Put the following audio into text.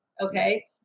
Okay